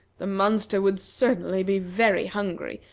the monster would certainly be very hungry,